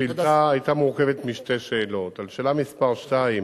השאילתא היתה מורכבת משתי שאלות, על שאלה מס' 2: